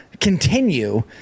continue